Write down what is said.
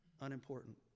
unimportant